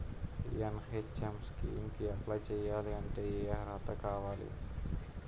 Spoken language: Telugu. ఎన్.హెచ్.ఎం స్కీమ్ కి అప్లై చేయాలి అంటే ఏ అర్హత కావాలి?